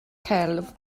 celf